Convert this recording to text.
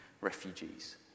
refugees